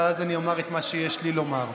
ואז אני אומר את מה שיש לי לומר.